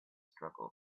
struggle